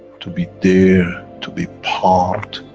to be there to be part,